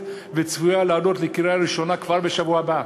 וצפויה לעלות לקריאה ראשונה כבר בשבוע הבא,